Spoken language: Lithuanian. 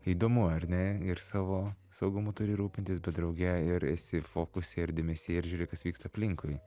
įdomu ar ne ir savo saugumu turi rūpintis bet drauge ir esi fokuse ir dėmesy ir žiūri kas vyksta aplinkui